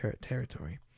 territory